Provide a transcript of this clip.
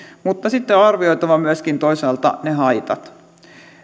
mutta sitten on arvioitava myöskin toisaalta ne haitat